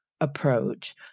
approach